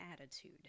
attitude